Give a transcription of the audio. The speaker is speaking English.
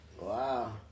Wow